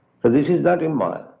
so this is not immoral.